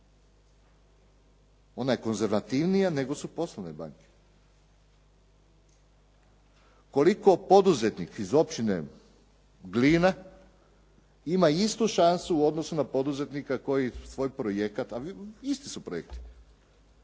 Ona je konzervativnija nego su poslovne banke. Koliko poduzetnik iz općine Glina ima istu šansu u odnosu na poduzetnika koji svoj projekat, a isti su projekti,